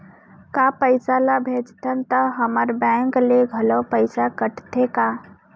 का पइसा ला भेजथन त हमर बैंक ले घलो पइसा कटथे का?